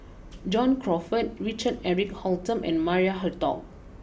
John Crawfurd Richard Eric Holttum and Maria Hertogh